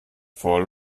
voll